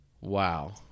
Wow